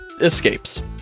escapes